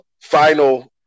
final